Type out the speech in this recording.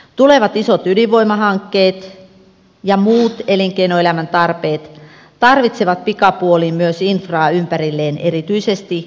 tulevat isot ydinvoimahankkeet ja muut elinkeinoelämän tarpeet tarvitsevat pikapuoliin myös infraa ympärilleen erityisesti raahen seudulla